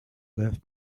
left